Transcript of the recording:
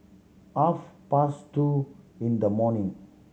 half past two in the morning